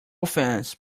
offense